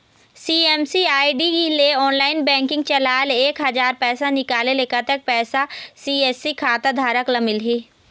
CSC ID ले online banking चलाए ले एक हजार पैसा निकाले ले कतक पैसा सी.एस.सी खाता धारक ला मिलही?